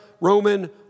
Roman